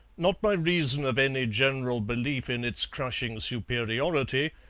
not by reason of any general belief in its crushing superiority,